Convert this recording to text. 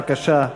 בבקשה.